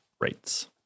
rates